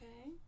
Okay